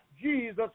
Jesus